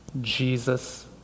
Jesus